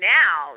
now